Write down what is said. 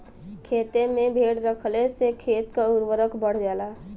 खेते में भेड़ रखले से खेत के उर्वरता बढ़ जाला